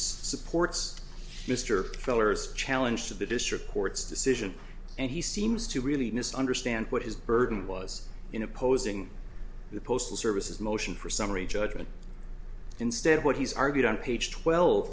supports mr feller's challenge to the district court's decision and he seems to really misunderstand what his burden was in opposing the postal services motion for summary judgment instead what he's argued on page twelve